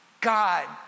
God